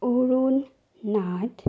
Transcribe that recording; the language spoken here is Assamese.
অৰুণ নাথ